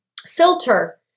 filter